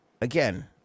again